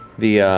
the